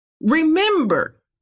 Remember